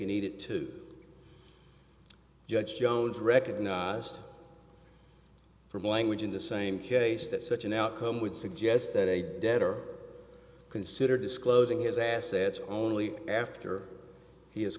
and eat it too judge jones recognized from language in the same case that such an outcome would suggest that a debtor consider disclosing his assets only after he